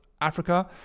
Africa